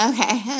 Okay